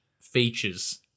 features